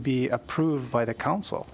be approved by the council